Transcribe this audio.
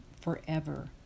forever